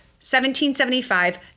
1775